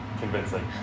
convincing